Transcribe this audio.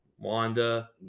Wanda